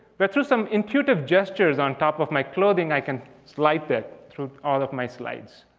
but through some intuitive gestures on top of my clothing i can slide that through all of my slides.